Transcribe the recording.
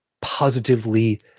positively